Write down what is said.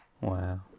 Wow